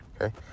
okay